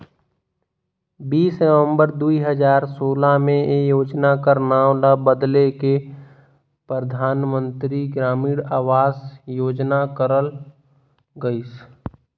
बीस नवंबर दुई हजार सोला में ए योजना कर नांव ल बलेद के परधानमंतरी ग्रामीण अवास योजना करल गइस